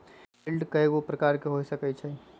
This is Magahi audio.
यील्ड कयगो प्रकार के हो सकइ छइ